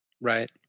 right